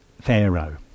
Pharaoh